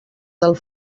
del